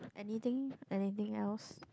anything anything else